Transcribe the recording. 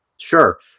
Sure